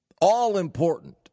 all-important